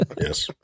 Yes